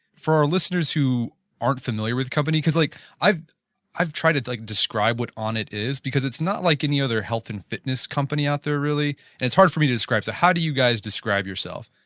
for our listeners who aren't familiar with the company because like i've i've tried to like describe what onnit is because it's not like any other health and fitness company out there really and it's hard for me to describe so how do you guys describe yourself